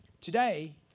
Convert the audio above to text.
Today